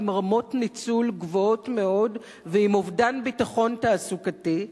עם רמות ניצול גבוהות מאוד ועם אובדן הביטחון התעסוקתי,